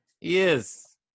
Yes